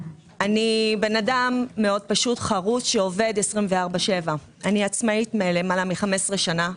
אני בן אדם פשוט חרוץ שעובד 24/7. אני עצמאית למעלה מ-15 שנה.